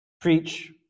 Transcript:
preach